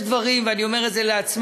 יש דברים, ואני אומר את זה לעצמנו,